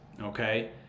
okay